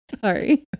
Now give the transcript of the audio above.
Sorry